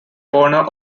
corner